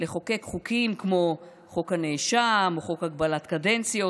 לחוקק חוקים כמו חוק הנאשם או חוק הגבלת קדנציות.